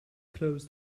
close